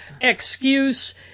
excuse